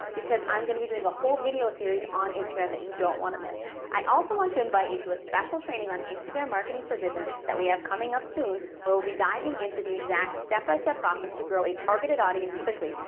because i'm gonna be doing a whole video series on instagram that you don't wanna miss. i also want to invite you to a special training on instagram marketing for business that we have coming up soon where we'll be diving into the exact step-by-step process to grow a targeted audience quickly.